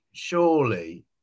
surely